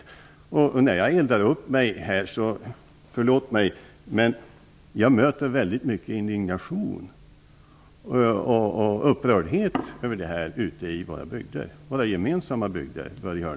Förlåt att jag eldar upp mig, men jag möter stor indignation och upprördhet över detta ute i Börje Hörnlunds och mina gemensamma bygder.